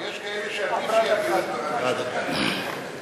יש כאלה שעדיף שיביעו את דברם בשתיקה.